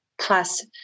plus